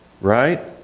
right